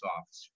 officer